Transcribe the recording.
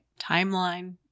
timeline